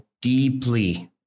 deeply